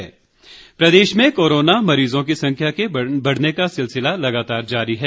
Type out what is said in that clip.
corona प्रदेश में corona मरीजों की संख्या के बढ़ने का सिलसिला लगातार जारी है